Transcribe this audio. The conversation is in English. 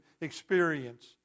experience